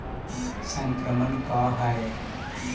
संक्रमण का है?